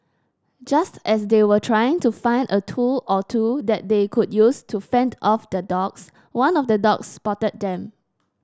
just as they were trying to find a tool or two that they could use to fend off the dogs one of the dogs spotted them